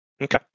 okay